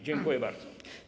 Dziękuję bardzo.